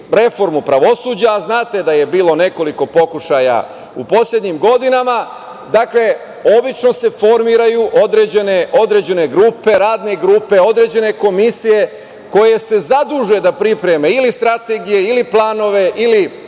reformu pravosuđa, a znate da je bilo nekoliko pokušaja u poslednjim godinama, obično se formiraju određene grupe, radne grupe, određene komisije koje se zaduže da pripreme ili strategije ili planove ili